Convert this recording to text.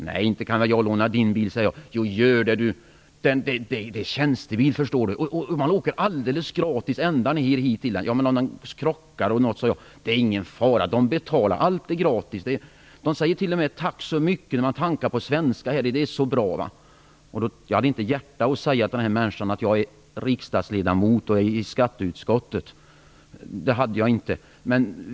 Nej, inte kan väl jag låna din bil, sade jag. - Jo, gör det. Det är en tjänstebil, förstår du, och man åker alldeles gratis ända ned hit i den. - Ja, men tänk om jag krockar eller något sådant, sade jag. - Det är ingen fara, de betalar! De säger till och med "tack så mycket" på svenska när man tankar här. Det är så bra! Jag hade inte hjärta att säga till den här människan att jag är riksdagsledamot och sitter i skatteutskottet.